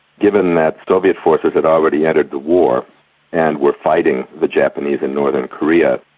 given that soviet forces had already entered the war and were fighting the japanese in northern korea.